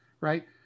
right